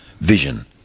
vision